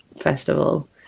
festival